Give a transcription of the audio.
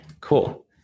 Cool